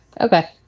Okay